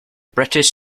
british